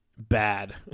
Bad